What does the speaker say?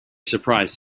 surprise